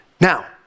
Now